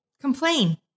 Complain